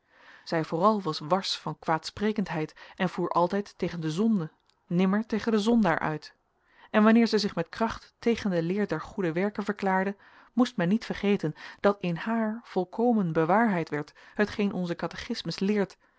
zij vooral was wars van kwaadsprekendheid en voer altijd tegen de zonde nimmer tegen den zondaar uit en wanneer zij zich met kracht tegen de leer der goede werken verklaarde moest men niet vergeten dat in haar volkomen bewaarheid werd hetgeen onze katechismus leert